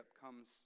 comes